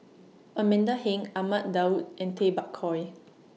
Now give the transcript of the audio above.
Amanda Heng Ahmad Daud and Tay Bak Koi